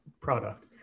product